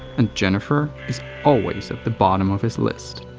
and jennifer is always at the bottom of his list.